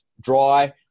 dry